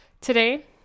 today